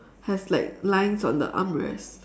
has like lines on the arm rest